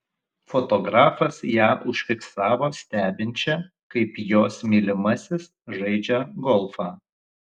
fotografas ją užfiksavo stebinčią kaip jos mylimasis žaidžią golfą